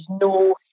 no